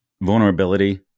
vulnerability